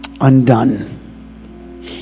undone